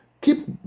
Keep